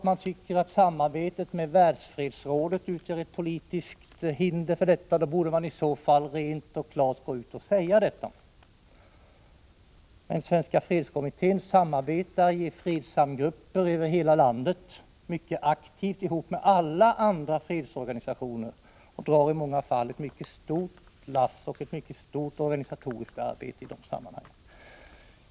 Om man tycker att samarbetet med världsfredsrådet utgör ett politiskt hinder, borde man gå ut och klart säga detta. Svenska fredskommittén samarbetar i fredsamgrupper över hela landet mycket aktivt med alla andra fredsorganisationer. Svenska fredskommittén drar i de sammanhangen i många fall ett mycket stort lass och gör ett omfattande organisatoriskt arbete.